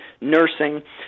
nursing